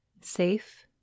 safe